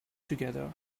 together